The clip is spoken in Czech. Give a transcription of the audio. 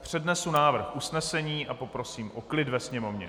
Přednesu návrh usnesení a poprosím o klid ve Sněmovně.